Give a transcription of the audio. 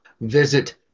Visit